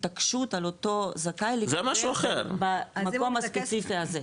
התעקשות על אותו זכאי להתקבל במקום הספציפי הזה,